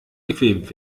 gefilmt